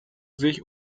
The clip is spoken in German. sich